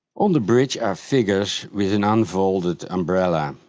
on the bridge are figures with an unfolded umbrella,